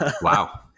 Wow